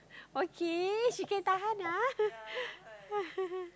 okay she can tahan ah